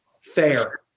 Fair